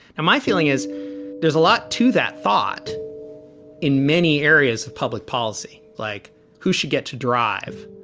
and my feeling is there's a lot to that thought in many areas of public policy like who should get to drive,